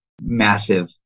massive